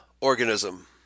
organism